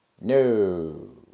no